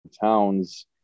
towns